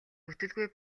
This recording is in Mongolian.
бүтэлгүй